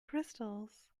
crystals